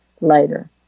later